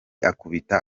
akubita